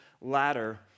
ladder